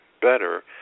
better